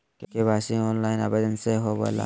KYC online आवेदन से होवे ला?